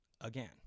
again